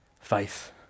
Faith